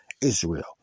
Israel